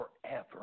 Forever